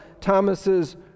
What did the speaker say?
Thomas's